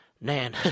Nan